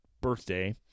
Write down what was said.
birthday